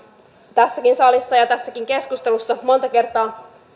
tässäkin salissa ja ja tässäkin keskustelussa monta kertaa